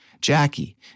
Jackie